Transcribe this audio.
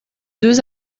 deux